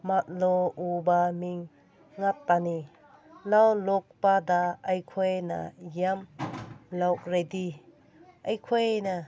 ꯃꯛ ꯂꯧ ꯎꯕ ꯃꯤ ꯉꯥꯛꯇꯅꯤ ꯂꯧ ꯂꯣꯛꯄꯗ ꯑꯩꯈꯣꯏꯅ ꯌꯥꯝ ꯂꯣꯛꯔꯗꯤ ꯑꯩꯈꯣꯏꯅ